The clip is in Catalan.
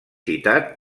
citat